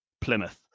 Plymouth